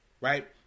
right